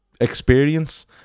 experience